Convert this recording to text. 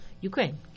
Ukraine